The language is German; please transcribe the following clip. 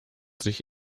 sich